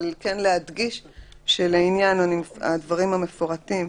אבל כן להדגיש שלעניין הדברים המפורטים,